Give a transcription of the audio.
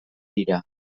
dira